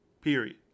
period